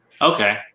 Okay